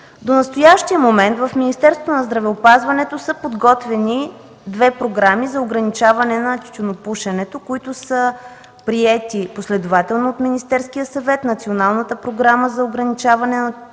До настоящия момент в Министерството на здравеопазването са подготвени две програми за ограничаване на тютюнопушенето, които са приети последователно от Министерския съвет: Националната програма за ограничаване на тютюнопушенето,